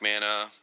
Mana